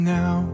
now